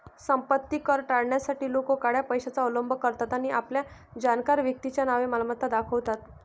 संपत्ती कर टाळण्यासाठी लोक काळ्या पैशाचा अवलंब करतात आणि आपल्या जाणकार व्यक्तीच्या नावे मालमत्ता दाखवतात